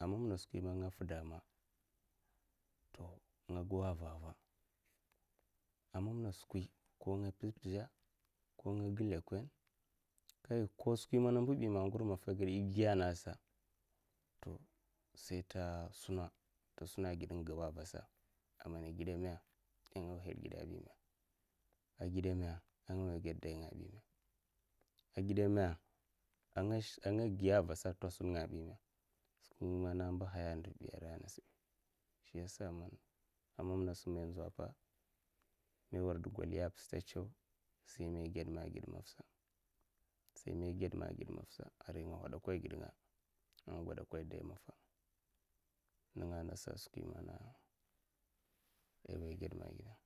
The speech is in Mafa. ai manna skwi ma nga fidama to ngago ai vava ai mamna skwi mbibi man ngur maffa aged man igiya'ai ai nagada to sai ta tosona ai man ai gida ma ai nga nadgidabi skwan ai gidame ai nga ged dainga bime ai gidame ai nga shk ai nga giya'a, vasa ai tagum nga a vasa ai bime skwi man iwaiya'a, ai vasa'a, bime ai mamna sim mai, inzawa'ai pa avasa mai warda goliyapa stad ko tsaw igema ai ged maffsa arai nga hadakai gid nga na nasa a skwi man iwaiya ige ma ai gida'a